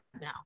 now